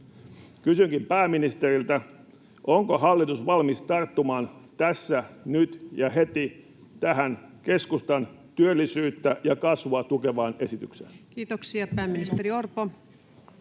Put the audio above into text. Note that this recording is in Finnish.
Kysynkin pääministeriltä: onko hallitus valmis tarttumaan tässä, nyt ja heti tähän keskustan työllisyyttä ja kasvua tukevaan esitykseen? Kiitoksia. — Pääministeri Orpo.